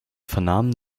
vernahmen